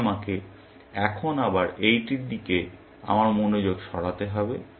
তাই আমাকে এখন আবার এইটির দিকে আমার মনোযোগ সরাতে হবে